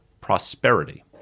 prosperity